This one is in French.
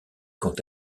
quant